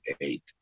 eight